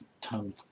tongue